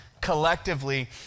collectively